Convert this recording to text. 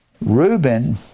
Reuben